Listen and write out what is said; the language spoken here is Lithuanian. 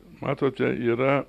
matote yra